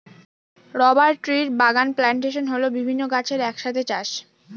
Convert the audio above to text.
rubber ট্রির বাগান plantation হল বিভিন্ন গাছের এক সাথে চাষ